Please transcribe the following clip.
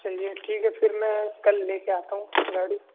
چلیے ٹھیک ہے پھر میں کل لے کے آتا ہوں گاڑی